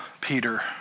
Peter